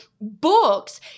books